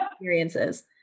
experiences